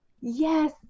Yes